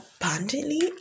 abundantly